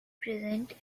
present